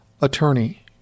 attorney